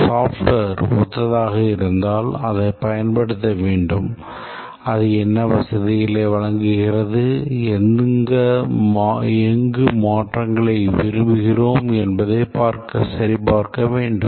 ஒரு software ஒத்ததாக இருந்தால் அதைப் பயன்படுத்த வேண்டும் அது என்ன வசதிகளை வழங்குகிறது எங்கு மாற்றங்களை விரும்புகிறோம் என்பதை சரிபார்க்க வேண்டும்